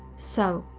so,